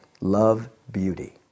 love-beauty